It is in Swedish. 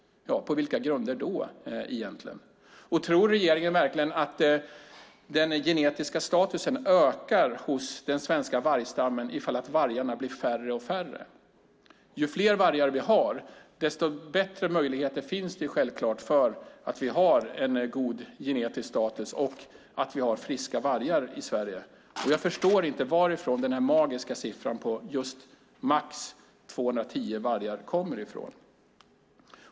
På vilka grunder egentligen? Och tror regeringen verkligen att den genetiska statusen ökar hos den svenska vargstammen ifall vargarna blir färre och färre? Ju fler vargar vi har, desto bättre möjligheter finns det självklart för en god genetisk status och för friska vargar i Sverige. Och jag förstår inte var den magiska siffran max 210 vargar kommer ifrån.